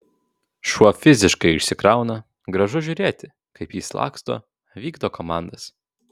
šuo fiziškai išsikrauna gražu žiūrėti kaip jis laksto vykdo komandas